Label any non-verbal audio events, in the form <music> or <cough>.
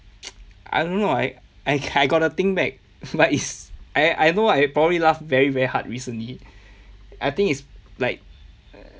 <noise> I don't know I I I gotta think back but it's I I know what I probably laugh very very hard recently I think it's like